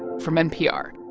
from npr